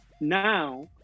Now